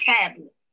tablet